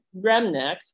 Remnick